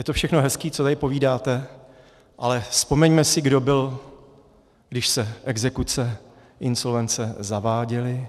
Je to všechno hezký, co tady povídáte, ale vzpomeňme si, kdo byl, když se exekuce, insolvence zaváděly.